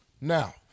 Now